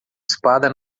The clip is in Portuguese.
espada